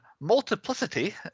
Multiplicity